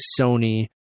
sony